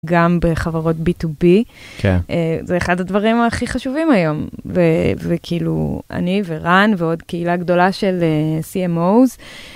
גם בחברות בי-טו-בי, זה אחד הדברים הכי חשובים היום, וכאילו, אני ורן ועוד קהילה גדולה של CMO's,